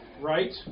Right